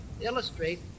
illustrate